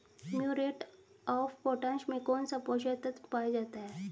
Muriate of potash में कौन सा पोषक तत्व पाया जाता है?